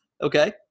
Okay